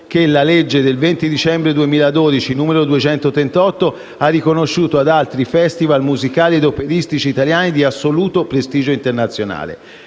che la legge 20 dicembre 2012, n. 238, ha riconosciuto ad altri festival musicali ed operistici italiani di assoluto prestigio internazionale.